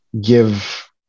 give